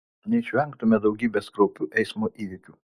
neišvengtumėme daugybės kraupių eismo įvykių